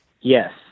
Yes